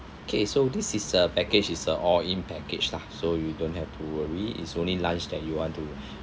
okay so this is a package is a all in package lah so you don't have to worry it's only lunch that you want to